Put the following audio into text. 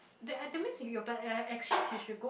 the that means you but ya uh exchange you should go